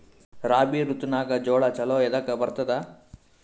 ರಾಬಿ ಋತುನಾಗ್ ಜೋಳ ಚಲೋ ಎದಕ ಬರತದ?